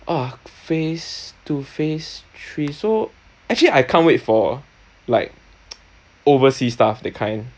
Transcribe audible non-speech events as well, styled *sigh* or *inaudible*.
ah phase two phase three so actually I can't wait for *noise* like overseas stuff that kind